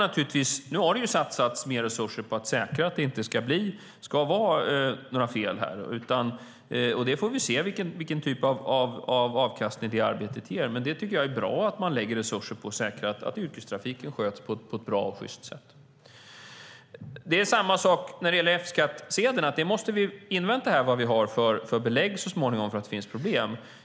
Nu har det satsats mer resurser på att säkra att det inte ska bli några fel. Vi får se vilken typ av avkastning det arbetet ger. Det är bra att lägga resurser på att säkra att yrkestrafiken sköts på ett bra och sjyst sätt. Det är samma sak när det gäller F-skattsedeln. Vi måste invänta vad vi så småningom har för belägg för att det finns problem.